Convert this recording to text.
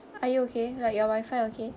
are you okay like your WIFI okay